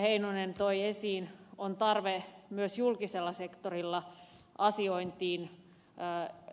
heinonen toi esiin on tarve myös julkisella sektorilla asiointiin